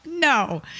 no